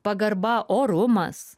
pagarba orumas